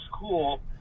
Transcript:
cool